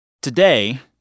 Today